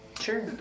Sure